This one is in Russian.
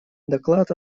доклад